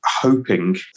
hoping